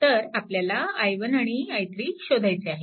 तर आपल्याला i1 आणि i3 शोधायचे आहेत